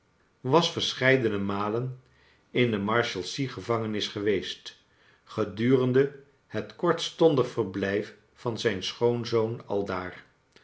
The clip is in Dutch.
was verscheidene malen in de marshals ea ge van genis geweest gedurende het kortstondig verblijf van zijn schoonzoon aldaar